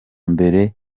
mbere